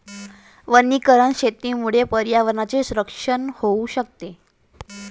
वनीकरण शेतीमुळे पर्यावरणाचे रक्षण होऊ शकते